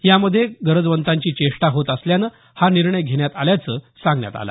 यामध्ये गरजवंतांची चेष्टा होत असल्यामुळे हा निर्णय घेण्यात आल्याचं सांगण्यात आलं